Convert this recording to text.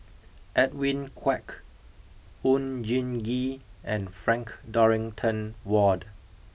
Edwin Koek Oon Jin Gee and Frank Dorrington Ward